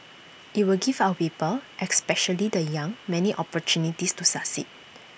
IT will give our people especially the young many opportunities to succeed